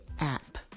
app